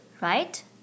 right